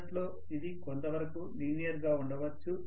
మొదట్లో ఇది కొంతవరకు లీనియర్ గా ఉండవచ్చు